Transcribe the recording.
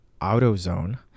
AutoZone